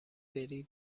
بری